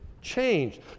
change